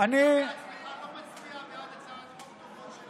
אתה בעצמך לא מצביע בעד הצעות חוק טובות שלנו.